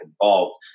involved